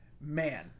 man